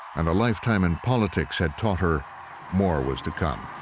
and a lifetime in politics had taught her more was to come.